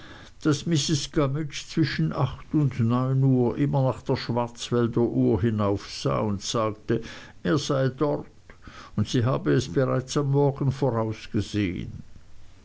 gummidge zwischen acht und neun uhr immer nach der schwarzwälderuhr hinaufsah und sagte er sei dort und sie habe es bereits am morgen vorausgesehen